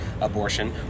abortion